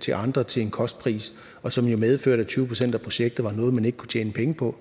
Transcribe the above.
til andre til en kostpris, som medførte, at 20 pct. af projektet var noget, man ikke kunne tjene penge på,